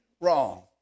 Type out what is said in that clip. wrong